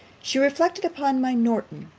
she reflected upon my norton,